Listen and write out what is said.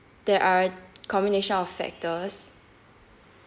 there are combination of factors